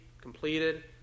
completed